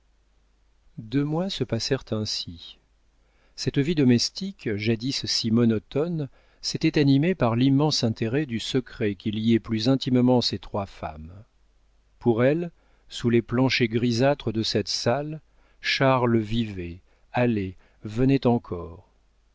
deux mois se passèrent ainsi cette vie domestique jadis si monotone s'était animée par l'immense intérêt du secret qui liait plus intimement ces trois femmes pour elles sous les planchers grisâtres de cette salle charles vivait allait venait encore